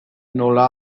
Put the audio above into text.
nola